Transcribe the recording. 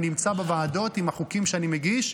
אני נמצא בוועדות עם החוקים שאני מגיש,